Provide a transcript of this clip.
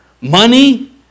money